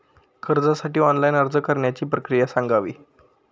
कर्जासाठी ऑनलाइन अर्ज करण्याची प्रक्रिया सांगावी